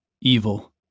Evil